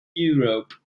europe